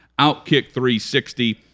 OUTKICK360